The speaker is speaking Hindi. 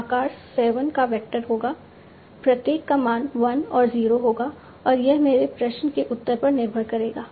यह आकार 7 का वेक्टर होगा प्रत्येक का मान 1 और 0 होगा और यह मेरे प्रश्न के उत्तर पर निर्भर करेगा